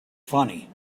funny